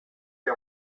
est